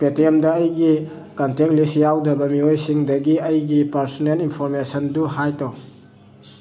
ꯄꯦ ꯇꯤ ꯑꯦꯝꯗ ꯑꯩꯒꯤ ꯀꯣꯟꯇꯦꯛ ꯂꯤꯁ ꯌꯥꯎꯗꯕ ꯃꯤꯑꯣꯏꯁꯤꯡꯗꯒꯤ ꯑꯩꯒꯤ ꯄꯥꯔꯁꯣꯅꯦꯜ ꯏꯟꯐꯣꯔꯃꯦꯁꯟꯗꯨ ꯍꯥꯏꯠ ꯇꯧ